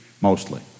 mostly